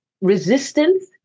resistance